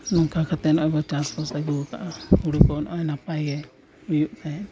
ᱱᱚᱝᱠᱟ ᱠᱟᱛᱮ ᱟᱵᱚ ᱪᱟᱥ ᱵᱟᱥ ᱟᱹᱜᱩ ᱠᱟᱜᱼᱟ ᱦᱳᱲᱳ ᱠᱚ ᱱᱚᱜᱼᱚᱸᱭ ᱱᱟᱯᱟᱭ ᱜᱮ ᱦᱩᱭᱩᱜ ᱛᱟᱦᱮᱸᱫ